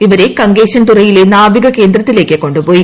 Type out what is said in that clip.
ഇവരെ കങ്കേശൻ തുറയിലെ നാവിക കേന്ദ്രത്തിലേക്ക് കൊ ു പോയി